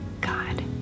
God